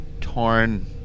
torn